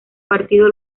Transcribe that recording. partido